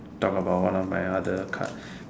talk about one of my other cards